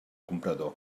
comprador